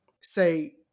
say